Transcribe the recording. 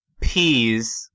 peas